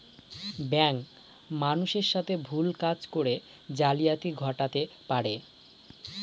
bank মানুষের সাথে ভুল কাজ করে জালিয়াতি ঘটাতে পারে